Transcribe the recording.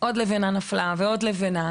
״עוד לבנה נפלה ועוד אחת״.